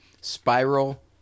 Spiral